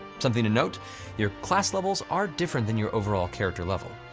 something to note your class levels are different than your overall character level.